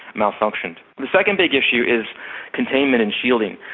malfunctioned. the second big issue is containment and shielding.